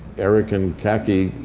eric and kaki,